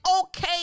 okay